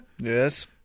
Yes